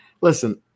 listen